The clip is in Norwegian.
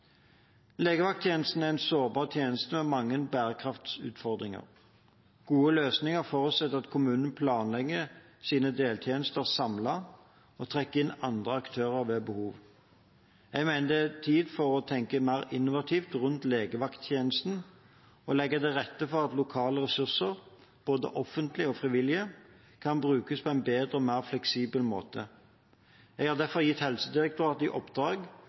Legevakttjenesten er en sårbar tjeneste med mange bærekraftsutfordringer. Gode løsninger forutsetter at kommunene planlegger sine deltjenester samlet, og trekker inn andre aktører ved behov. Jeg mener det er tid for å tenke mer innovativt rundt legevakttjenesten og legge til rette for at lokale ressurser, både offentlige og frivillige, kan brukes på en bedre og mer fleksibel måte. Jeg har derfor gitt Helsedirektoratet i oppdrag